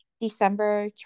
December